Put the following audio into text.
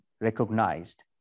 recognized